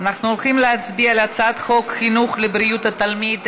אנחנו הולכים להצביע על הצעת חוק חינוך לבריאות התלמיד,